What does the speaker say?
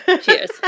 Cheers